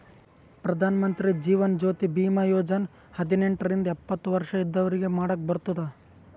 ಪ್ರಧಾನ್ ಮಂತ್ರಿ ಜೀವನ್ ಜ್ಯೋತಿ ಭೀಮಾ ಯೋಜನಾ ಹದಿನೆಂಟ ರಿಂದ ಎಪ್ಪತ್ತ ವರ್ಷ ಇದ್ದವ್ರಿಗಿ ಮಾಡಾಕ್ ಬರ್ತುದ್